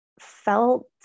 felt